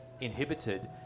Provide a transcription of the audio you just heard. inhibited